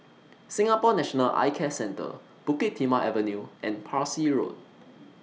Singapore National Eye Care Centre Bukit Timah Avenue and Parsi Road